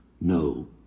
No